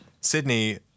sydney